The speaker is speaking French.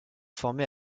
formé